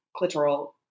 clitoral